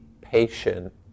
patient